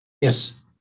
Yes